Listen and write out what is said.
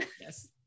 Yes